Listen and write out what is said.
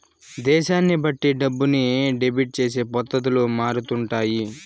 దేశాన్ని బట్టి డబ్బుని డెబిట్ చేసే పద్ధతులు మారుతుంటాయి